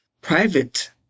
private